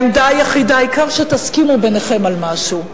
העמדה היחידה, העיקר שתסכימו ביניכם על משהו.